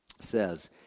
says